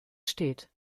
steht